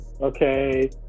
Okay